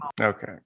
Okay